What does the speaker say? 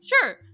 Sure